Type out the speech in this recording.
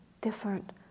different